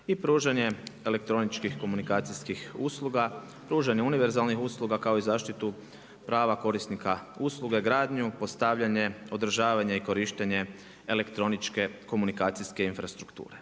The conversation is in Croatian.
i pružanje elektroničkih komunikacijskih usluga, pružanje univerzalnih usluga kao i zaštitu prava korisnika usluga, gradnju, postavljanje, održavanje i korištenje elektroničke komunikacijske infrastrukture.